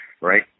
right